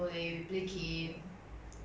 早早起来晚晚睡